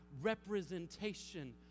representation